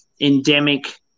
endemic